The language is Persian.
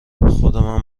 خودمم